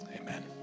Amen